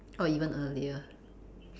or even earlier